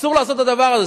אסור לעשות את הדבר הזה.